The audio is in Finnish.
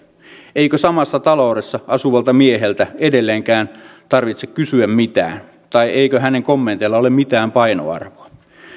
eikö samassa taloudessa asuvalta mieheltä edelleenkään tarvitse kysyä mitään tai eikö hänen kommenteillaan ole mitään painoarvoa